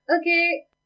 okay